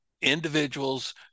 individuals